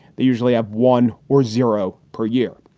they usually have one or zero per year.